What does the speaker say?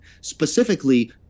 Specifically